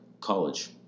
college